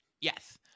Yes